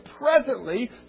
presently